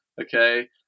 okay